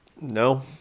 No